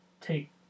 take